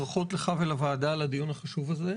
ברכות לך ולוועדה על הדיון החשוב הזה,